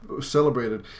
Celebrated